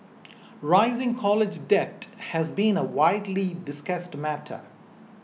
rising college debt has been a widely discussed matter